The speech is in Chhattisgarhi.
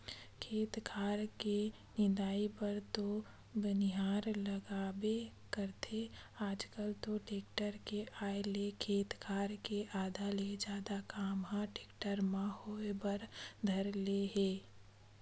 खेत खार के निंदई बर तो बनिहार लगबे करथे आजकल तो टेक्टर के आय ले खेत खार के आधा ले जादा काम ह टेक्टर म होय बर धर ले हे